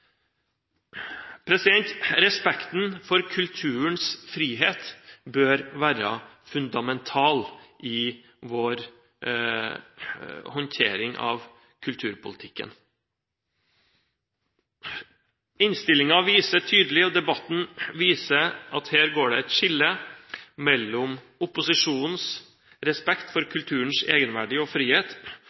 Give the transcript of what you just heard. Respekten for kulturens frihet bør være fundamental i vår håndtering av kulturpolitikken. Innstillingen og debatten viser tydelig at her går det et skille mellom opposisjonens respekt for kulturens egenverdi og frihet